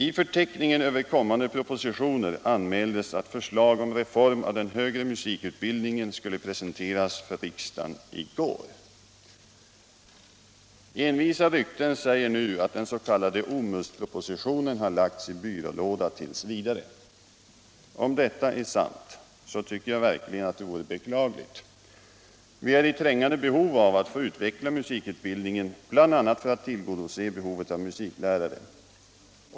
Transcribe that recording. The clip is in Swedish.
I förteckningen över kommande propositioner anmäldes att förslag om reform av den högre musikutbildningen skulle presenteras för riksdagen i går. Envisa rykten säger nu att den s.k. OMUS-propositionen har lagts i byrålådan t. v. Om detta är sant, tycker jag verkligen att det är beklagligt. Vi är i trängande behov av att få utveckla musikutbildningen, bl.a. för att tillgodose behovet av musiklärare.